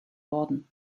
worden